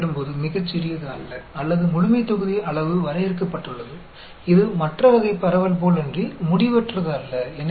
तो यह CSC x कुछ भी नहीं है लेकिन S factorial ÷ x factorial ≤ S x factorial है